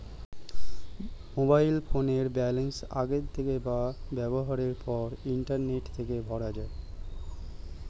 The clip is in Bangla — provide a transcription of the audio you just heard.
মোবাইল ফোনের ব্যালান্স আগের থেকে বা ব্যবহারের পর ইন্টারনেট থেকে ভরা যায়